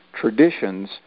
traditions